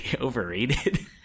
overrated